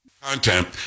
Content